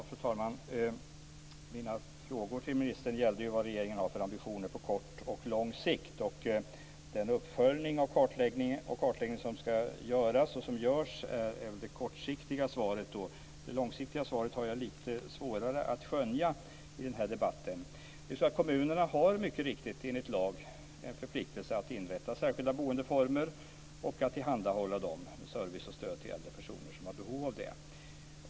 Fru talman! Mina frågor till ministern gällde vad regeringen har för ambitioner på kort och lång sikt. Den uppföljning och kartläggning som görs är väl det kortsiktiga svaret. Det långsiktiga svaret har jag lite svårare att skönja i debatten. Kommunerna har, mycket riktigt, enligt lag en förpliktelse att inrätta särskilda boendeformer och att tillhandahålla service och stöd till äldre personer som har behov av det.